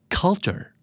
culture